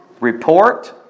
report